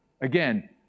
again